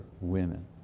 women